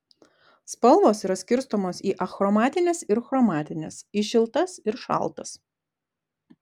spalvos yra skirstomos į achromatines ir chromatines į šiltas ir šaltas